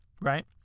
Right